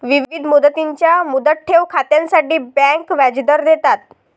विविध मुदतींच्या मुदत ठेव खात्यांसाठी बँका व्याजदर देतात